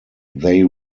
they